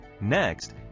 Next